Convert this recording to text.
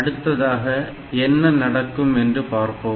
அடுத்ததாக என்ன நடக்கும் என்று பார்ப்போம்